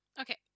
Okay